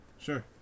Sure